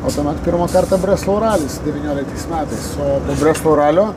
o tuomet pirmą kartą breslov ralis devynioliktais metais su breslu raliu